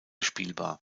spielbar